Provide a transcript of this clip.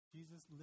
Jesus